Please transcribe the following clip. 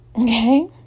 okay